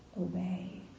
obey